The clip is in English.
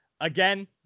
Again